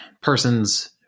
persons